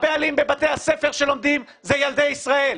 הבעלים בבתי הספר שלומדים זה ילדי ישראל,